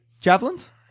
Javelins